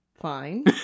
fine